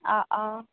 অঁ অঁ